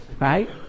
Right